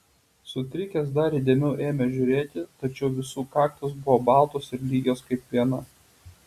sutrikęs dar įdėmiau ėmė žiūrėti tačiau visų kaktos buvo baltos ir lygios kaip viena